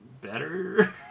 better